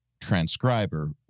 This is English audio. transcriber